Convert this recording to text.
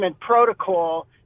protocol